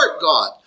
God